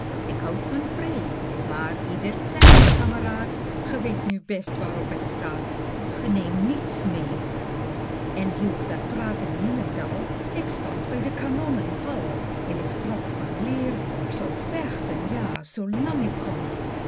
ik houd van vreê maar ieder t zijne kameraad ge weet nu best waarop het staat ge neemt niets meê en hielp dat praten niemendal ik stond bij die kanonnen pal en k trok van leer k zou vechten ja zoo lang ik kon